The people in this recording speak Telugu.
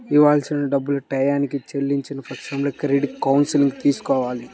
ఇయ్యాల్సిన డబ్బుల్ని టైయ్యానికి చెల్లించని పక్షంలో క్రెడిట్ కౌన్సిలింగ్ తీసుకోవాలి